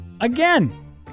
Again